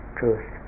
truth